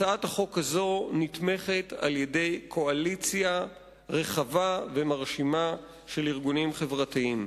הצעת החוק הזאת נתמכת על-ידי קואליציה רחבה ומרשימה של ארגונים חברתיים.